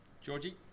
Georgie